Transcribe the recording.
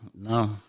No